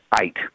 eight